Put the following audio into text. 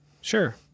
Sure